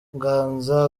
ganza